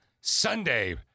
Sunday